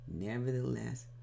nevertheless